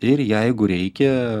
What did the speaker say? ir jeigu reikia